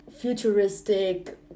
futuristic